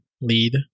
lead